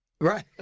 Right